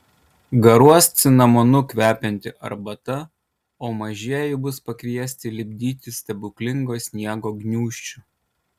garuos cinamonu kvepianti arbata o mažieji bus pakviesti lipdyti stebuklingo sniego gniūžčių